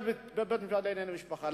בבית-דין לענייני משפחה.